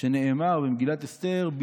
שנאמר במגילת אסתר: